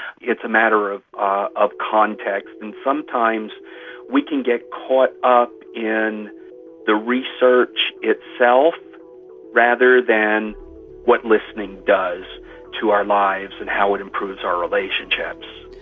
it's a matter of ah context, and sometimes we can get caught up in the research itself rather than what listening does to our lives and how it improves our relationships.